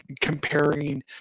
comparing